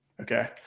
okay